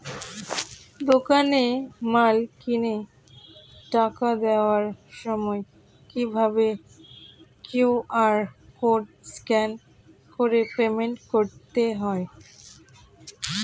দোকানে মাল কিনে টাকা দেওয়ার সময় কিভাবে কিউ.আর কোড স্ক্যান করে পেমেন্ট করতে হয়?